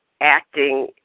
acting